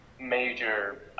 major